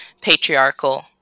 patriarchal